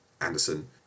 anderson